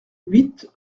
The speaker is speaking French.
huit